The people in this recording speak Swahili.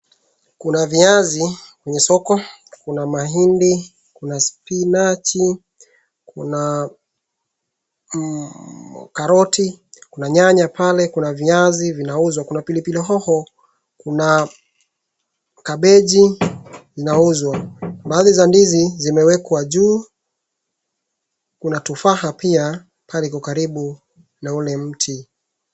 Kuna viazi kwenye soko, kuna mahindi, kuna spinachi, kuna karoti, kuna nyanya pale, kuna viazi vinauzwa, kuna pilipili hoho, kuna kabeji kinauzwa. Mahali za ndizi zimewekwa juu, kuna tofaha pia, pale kwa karibu na ule mti.